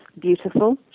beautiful